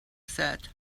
said